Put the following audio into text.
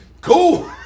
Cool